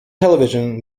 television